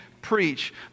Preach